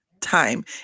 time